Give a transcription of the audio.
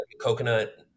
Coconut